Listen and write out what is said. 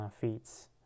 feeds